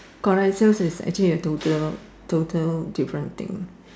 correct sales is actually a total total different thing